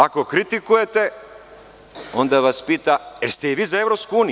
Ako kritikujete, onda vas pitam – jeste i vi za EU?